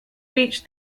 reached